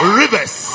rivers